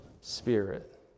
Spirit